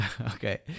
Okay